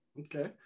okay